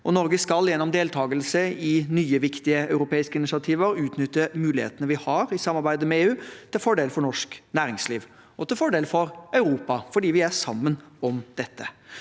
Norge skal gjennom deltakelse i nye viktige europeiske initiativer utnytte mulighetene vi har i samarbeidet med EU, til fordel for norsk næringsliv og til fordel for Europa, fordi vi er sammen om dette.